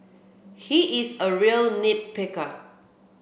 he is a real nit picker